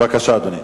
בבקשה, אדוני.